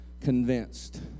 convinced